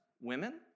women